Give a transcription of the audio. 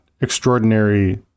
extraordinary